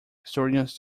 historians